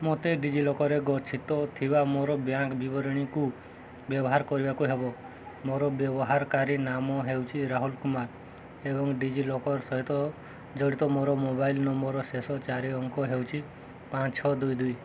ମୋତେ ଡି ଜି ଲକର୍ରେ ଗଚ୍ଛିତ ଥିବା ମୋର ବ୍ୟାଙ୍କ ବିବରଣୀକୁ ବ୍ୟବହାର କରିବାକୁ ହେବ ମୋର ବ୍ୟବହାରକାରୀ ନାମ ହେଉଛି ରାହୁଲ କୁମାର ଏବଂ ଡି ଜି ଲକର୍ ସହିତ ଜଡ଼ିତ ମୋର ମୋବାଇଲ୍ ନମ୍ବର୍ର ଶେଷ ଚାରି ଅଙ୍କ ହେଉଛି ପାଞ୍ଚ ଛଅ ଦୁଇ ଦୁଇ